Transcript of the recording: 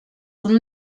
con